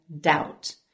doubt